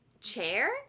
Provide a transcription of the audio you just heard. chair